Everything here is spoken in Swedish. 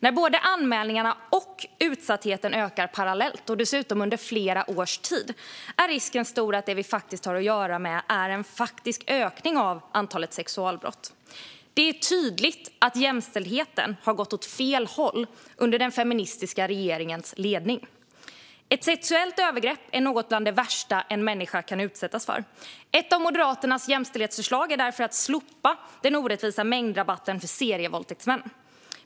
När både anmälningarna och utsattheten ökar parallellt, dessutom under flera års tid, är risken stor att vi har att göra med en faktisk ökning av antalet sexualbrott. Det är tydligt att jämställdheten har gått åt fel håll under den feministiska regeringens ledning. Ett sexuellt övergrepp är något av det värsta en människa kan utsättas för. Ett av Moderaternas jämställdhetsförslag är därför att slopa den orättvisa mängdrabatten för serievåldtäktsmän.